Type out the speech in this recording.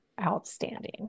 outstanding